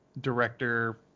director